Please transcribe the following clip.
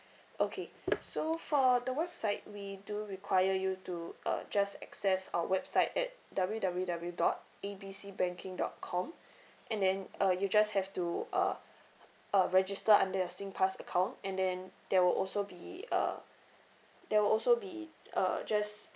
okay so for the website we do require you to uh just access our website at W W W dot A B C banking dot com and then uh you just have to uh uh register under your SingPass account and then there will also be uh there will also be uh just